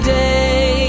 day